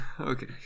Okay